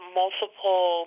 multiple